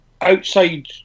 outside